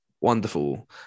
wonderful